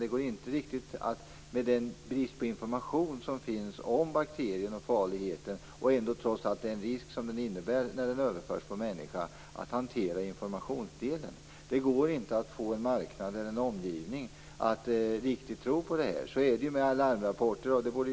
Det är en sak, men med den brist på information som finns om bakterien och farligheten, trots att det innebär en risk när den överförs på människa, går det inte riktigt att hantera informationsdelen. Det går inte att få en marknad eller en omgivning att tro på det här. Så är det ju med larmrapporter.